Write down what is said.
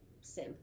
sim